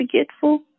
forgetful